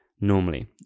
Normally